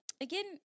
again